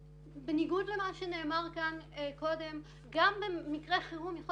בניגוד למה שנאמר כאן קודם גם במקרי חירום - יכול